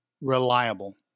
reliable